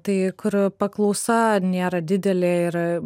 tai kur paklausa nėra didelė ir